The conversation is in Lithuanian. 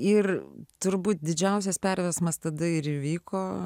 ir turbūt didžiausias perversmas tada ir įvyko